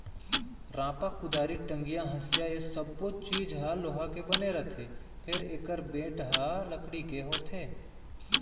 रांपा, कुदारी, टंगिया, हँसिया ए सब्बो चीज ह लोहा के बने रथे फेर एकर बेंट ह लकड़ी के होथे